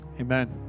amen